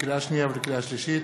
לקריאה שנייה ולקריאה שלישית: